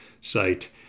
site